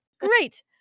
Great